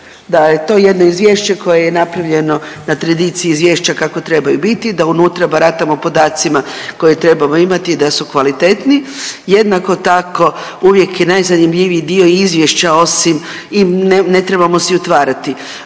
Da je to jedno izvješće koje je napravljeno na tradiciji izvješća kako trebaju biti, da unutra baratamo podacima koje trebamo imati i da su kvalitetni. Jednako tako uvijek je najzanimljiviji dio izvješća osim i ne trebamo si utvarati.